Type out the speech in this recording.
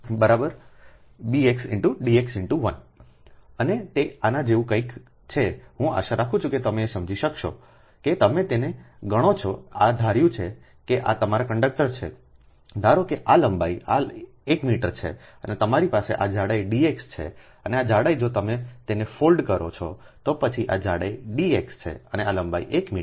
dx×1 અને તે આના જેવું કંઈક છે હું આશા રાખું છું કે તમે સમજી શકશો કે તમે તેને ગણો છો આ ધાર્યું છે કેઆ તમારા કંડક્ટર છે ધારો કે આ લંબાઈ આ લંબાઈ 1 છે મીટર અને તમારી પાસે આ જાડાઈ dx છે આ જાડાઈ જો તમે તેને ફોલ્ડ કરો છો તો પછી આ જાડાઈ dx છે અને આ લંબાઈ 1 મીટર છે